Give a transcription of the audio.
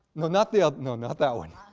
no not the. ah no not that one.